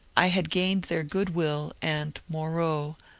i had gained their good-will, and moreau,